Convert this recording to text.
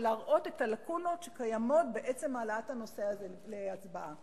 ולהראות את הלקונות שקיימות בעצם העלאת הנושא הזה להצבעה.